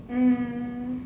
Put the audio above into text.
um